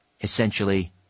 essentially